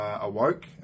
awoke